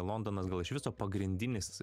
londonas gal iš viso pagrindinis